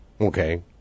Okay